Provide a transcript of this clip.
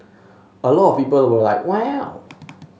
a lot of people were like wow